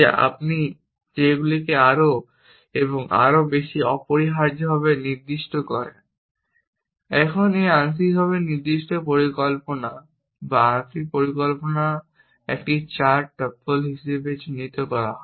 যে আপনি সেগুলিকে আরও এবং আরও বেশি অপরিহার্যভাবে নির্দিষ্ট করেন। এখন একটি আংশিকভাবে নির্দিষ্ট পরিকল্পনা বা আংশিক পরিকল্পনা একটি চার টপল হিসাবে চিহ্নিত করা হয়